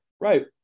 Right